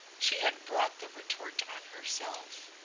she had brought the retort on herself.